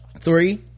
Three